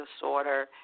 disorder